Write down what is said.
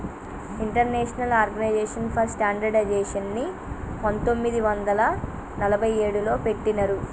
international organisation for స్టాండర్డయిజేషన్ని పంతొమ్మిది వందల నలభై ఏడులో పెట్టినరు